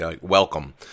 welcome